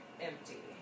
empty